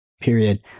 period